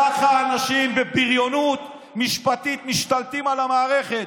ככה אנשים, בבריונות משפטית, משתלטים על המערכת.